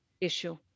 issue